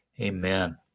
Amen